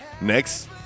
next